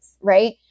Right